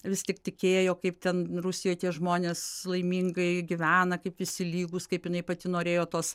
vis tik tikėjo kaip ten rusijoj tie žmonės laimingai gyvena kaip visi lygūs kaip jinai pati norėjo tos